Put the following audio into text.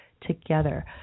together